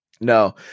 No